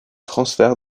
transfert